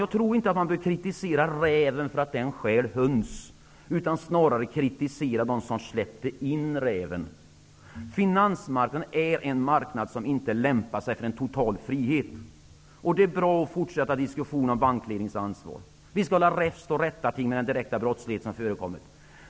Jag tror inte att man bör kritisera räven för att den stjäl höns. Snarare bör man kritisera dem som släppte in räven. Finansmarknaden är en marknad som inte lämpar sig för total frihet. Det är bra att fortsätta diskussionen om bankledningarnas ansvar. Vi skall hålla räfst och rättarting med den direkta brottslighet som förekommer.